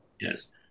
yes